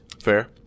Fair